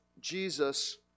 Jesus